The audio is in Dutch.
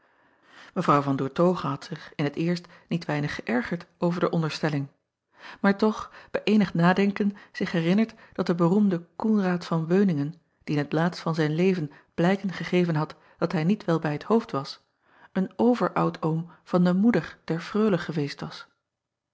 evr an oertoghe had zich in t eerst niet weinig geërgerd over de onderstelling maar toch bij eenig nadenken zich herinnerd dat de beroemde oenraad van euningen die in t laatst van zijn leven blijken gegeven had dat hij niet wel bij t hoofd was een overoudoom van de moeder der reule geweest was